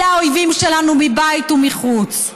אלה האויבים שלנו, מבית ומחוץ,